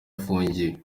afungiwe